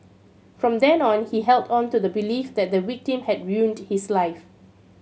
from then on he held on to the belief that the victim had ruined his life